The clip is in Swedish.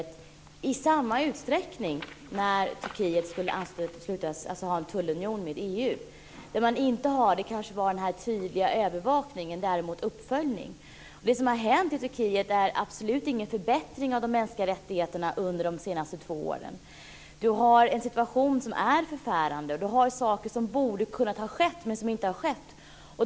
Fru talman! Det ställdes krav på Turkiet i samma utsträckning när Turkiet skulle ha en tullunion med EU. Det man kanske inte hade var den tydliga övervakningen, men däremot hade man uppföljning. Det som har hänt i Turkiet innebär absolut ingen förbättring av de mänskliga rättigheterna under de senaste två åren. Det är en situation som är förfärande. Saker som borde ha kunnat ske har inte skett.